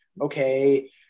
okay